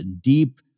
deep